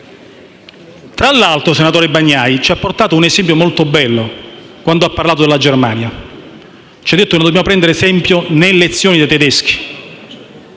Tra l'altro, senatore Bagnai, ci ha portato un esempio molto bello quando ha parlato della Germania: ci ha detto che non dobbiamo prendere esempio né lezioni dai tedeschi.